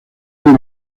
las